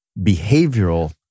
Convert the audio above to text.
behavioral